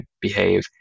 behave